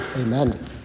amen